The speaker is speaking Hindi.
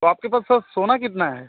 तो आपके पास सोना कितना है